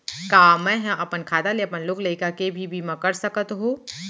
का मैं ह अपन खाता ले अपन लोग लइका के भी बीमा कर सकत हो